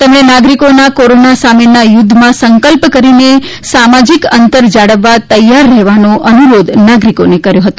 તેમણે નાગરિકોના કોરોના સામેના યુધ્ધમાં સંકલ્પ કરીને સામાજિક અંતર જાળવવા તૈયાર રહેવાનો અનુરોધ નાગરિકોને કર્યો હતો